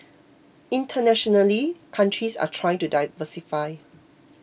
internationally countries are trying to diversify